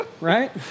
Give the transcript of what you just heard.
Right